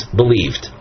believed